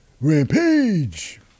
Rampage